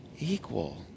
Equal